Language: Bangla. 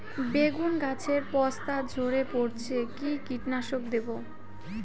বেগুন গাছের পস্তা ঝরে পড়ছে কি কীটনাশক দেব?